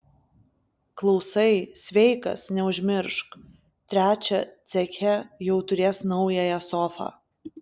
klausai sveikas neužmiršk trečią ceche jau turės naująją sofą